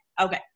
okay